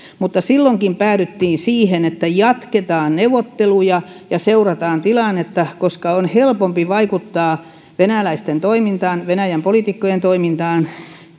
mutta silloinkin päädyttiin siihen että jatketaan neuvotteluja ja seurataan tilannetta koska on helpompi vaikuttaa venäläisten toimintaan venäjän politiikkojen toimintaan